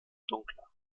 dunkler